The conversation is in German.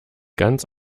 ganz